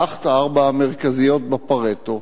קח את ארבע המרכזיות ב"פארטו",